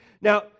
Now